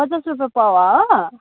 पचास रुप्पे पउवा हो